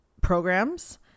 programs